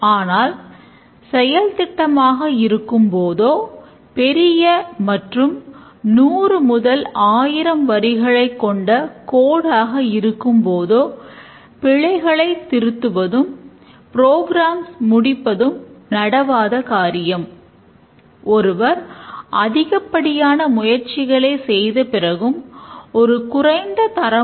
ஆனால் கட்டமைக்கப்பட்ட பகுப்பாய்வு மற்றும் வடிவமைப்பைப் பார்க்க ஆரம்பிப்பதற்கு முன்பு நாம் ஒரு சிறிய விலகலைச் செய்யப் போகிறோம்